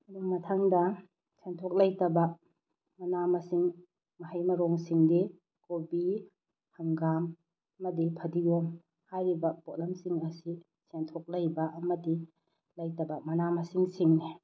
ꯑꯗꯨꯒ ꯃꯊꯪꯗ ꯁꯦꯟꯊꯣꯛ ꯂꯩꯇꯕ ꯃꯅꯥ ꯃꯁꯤꯡ ꯃꯍꯩ ꯃꯔꯣꯡꯁꯤꯡꯗꯤ ꯀꯣꯕꯤ ꯍꯪꯒꯥꯝ ꯑꯃꯗꯤ ꯐꯗꯤꯒꯣꯝ ꯍꯥꯏꯔꯤꯕ ꯄꯣꯠꯂꯝꯁꯤꯡ ꯑꯁꯤ ꯁꯦꯟꯊꯣꯛ ꯂꯩꯕ ꯑꯃꯗꯤ ꯂꯩꯇꯕ ꯃꯅꯥ ꯃꯁꯤꯡꯁꯤꯡꯅꯤ